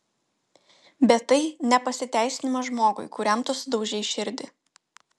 bet tai ne pasiteisinimas žmogui kuriam tu sudaužei širdį